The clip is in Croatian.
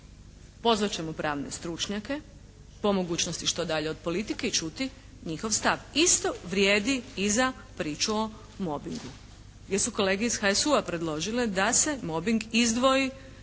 Pozvat ćemo pravne stručnjake, po mogućnosti što dalje od politike i čuti njihov stav. Isto vrijedi i za priču o mobingu, gdje su kolege iz HSU-a predložile da se mobing izdvoji